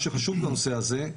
מה שחשוב בנושא הזה,